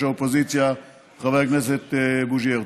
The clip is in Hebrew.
האופוזיציה חבר הכנסת בוז'י הרצוג.